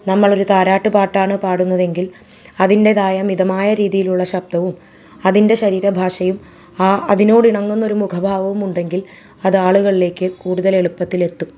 നമ്മൾ ഒരു താരാട്ടു പാട്ടാണ് പാടുന്നതെങ്കിൽ അതിൻ്റെതായ മിതമായ രീതിയിലുള്ള ശബ്ദവും അതിൻ്റെ ശരീരഭാഷയും അതിനോട് ഇണങ്ങുന്ന ഒരു മുഖഭാവവും ഉണ്ടെങ്കിൽ അത് ആളുകളിലേക്ക് കൂടുതൽ എളുപ്പത്തിൽ എത്തും